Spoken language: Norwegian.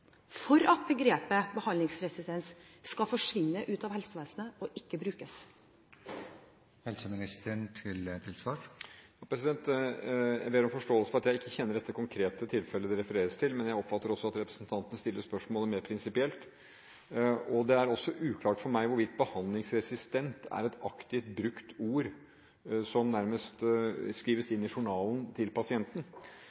for at begrepet «behandlingsresistent» skal forsvinne ut av helsevesenet og ikke brukes? Jeg ber om forståelse for at jeg ikke kjenner det konkrete tilfellet som det refereres til, men jeg oppfatter også at representanten stiller spørsmålet mer prinsipielt. Det er også uklart for meg hvorvidt «behandlingsresistent» er et aktivt brukt ord som nærmest skrives inn i